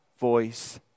voice